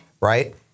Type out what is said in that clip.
right